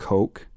Coke